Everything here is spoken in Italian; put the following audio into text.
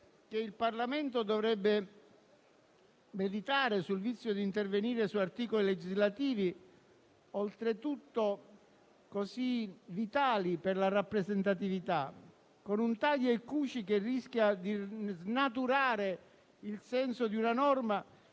che il Parlamento dovrebbe meditare sul vizio di intervenire su articoli legislativi, oltretutto così vitali per la rappresentatività, con un taglia e cuci che rischia di snaturare il senso di una norma,